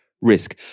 risk